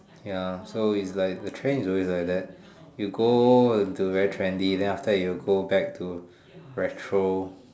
ya so its like the trend is always like that you go to very trendy and then after you go back to retro